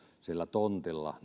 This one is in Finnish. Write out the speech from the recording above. sillä tontilla